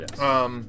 Yes